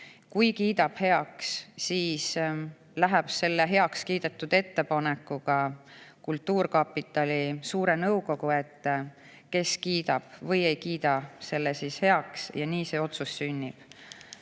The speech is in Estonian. Kui kiidab heaks, siis [minnakse] heakskiidetud ettepanekuga kultuurkapitali suure nõukogu ette, kes kiidab või ei kiida selle heaks. Nii see otsus sünnib.